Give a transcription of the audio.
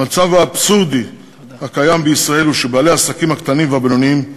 המצב האבסורדי הקיים בישראל הוא שבעלי העסקים הקטנים והבינוניים,